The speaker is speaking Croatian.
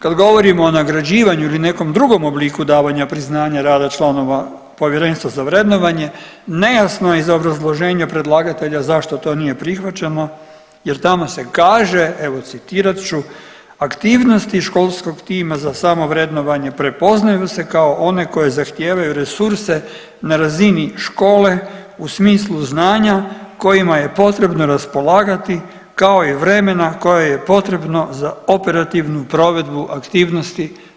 Kad govorimo o nagrađivanju ili nekom drugom obliku davanja priznanja rada članova Povjerenstva za vrednovanje, nejasno je iz obrazloženja predlagatelja zašto to nije prihvaćeno jer tamo se kaže, evo, citirat ću, aktivnosti školskog tima za samovrednovanje prepoznaju se kao one koje zahtijevaju resurse na razini škole u smislu znanja kojima je potrebno raspolagati kao i vremena koje je potrebno za operativnu provedbu aktivnosti.